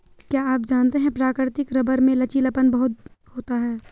क्या आप जानते है प्राकृतिक रबर में लचीलापन बहुत होता है?